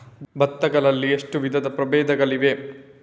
ಭತ್ತ ಗಳಲ್ಲಿ ಎಷ್ಟು ವಿಧದ ಪ್ರಬೇಧಗಳಿವೆ?